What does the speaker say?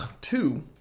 two